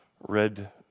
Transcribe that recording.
red